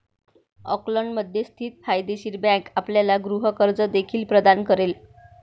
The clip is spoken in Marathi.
ऑकलंडमध्ये स्थित फायदेशीर बँक आपल्याला गृह कर्ज देखील प्रदान करेल